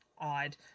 Odd